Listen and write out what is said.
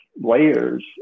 layers